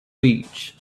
beach